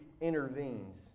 intervenes